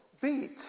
beat